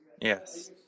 Yes